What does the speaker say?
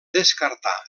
descartar